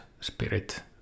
spirit